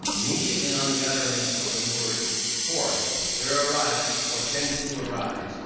immediately on the utterance of the word horse, there arises, or tends to arise,